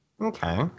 Okay